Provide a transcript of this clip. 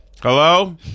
Hello